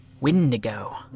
Windigo